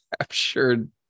captured